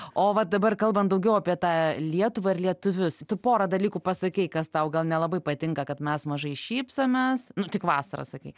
o va dabar kalbant daugiau apie tą lietuvą ir lietuvius tu pora dalykų pasakei kas tau gal nelabai patinka kad mes mažai šypsomės nu tik vasarą sakei